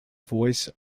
voice